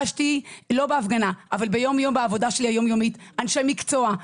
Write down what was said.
לא בהפגנה אבל בעבודה היום-יומית שלי פגשתי אנשי מקצוע,